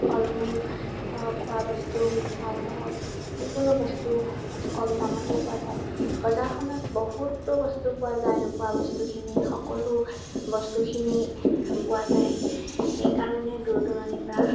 ফল মূল হওক খোৱা বস্তু মিঠাই হওক যিকোনো বস্তু কম দামতে পোৱা যায় বজাৰখনত বহুতো বস্তু পোৱা যায় নোপোৱা বস্তুখিনি সকলো বস্তুখিনি পোৱা যায় সেইকাৰণে দূৰ দূৰণিৰ পৰা